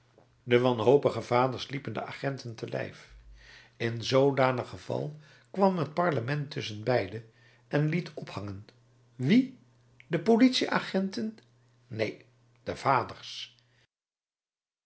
de wanhopige vaders liepen de agenten te lijf in zoodanig geval kwam het parlement tusschenbeide en liet ophangen wie de politieagenten neen de vaders